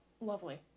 lovely